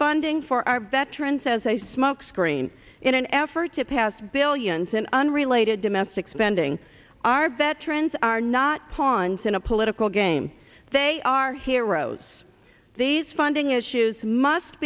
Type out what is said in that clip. funding for our veterans as a smokescreen in an effort to pass billions in unrelated domestic spending our veterans are not pawns in a political game they are heroes these funding issues must